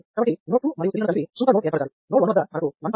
కాబట్టి నోడ్ 2 మరియు 3 లను కలిపి సూపర్ నోడ్ ఏర్పరచాలి